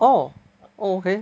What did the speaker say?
orh okay